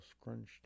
scrunched